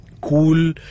Cool